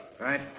Right